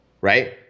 right